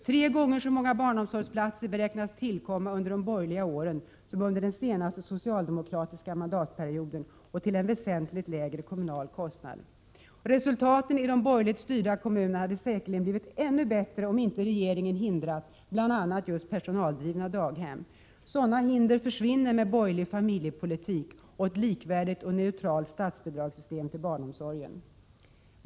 Tre gånger så många barnomsorgsplatser beräknas tillkomma under de borgerliga åren som under den senaste socialdemokratiska mandatperioden och till en väsentligt lägre kommunal kostnad. Resultaten i de borgerligt styrda kommunerna hade säkerligen blivit ännu bättre om inte regeringen hindrat bl.a. just personaldrivna daghem. Sådana hinder försvinner med borgerlig familjepolitik och ett likvärdigt och neutralt statsbidragssystem till barnomsorgen.